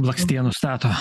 blakstienų stato